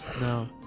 No